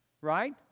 right